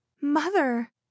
mother